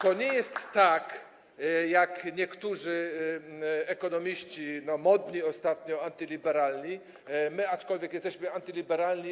To nie jest tak, jak niektórzy ekonomiści, modni ostatnio, antyliberalni, aczkolwiek my jesteśmy antyliberalni.